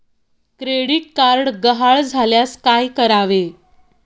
Credit card गहाळ झाल्यास काय करावे?